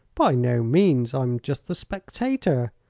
by no means. i'm just the spectator.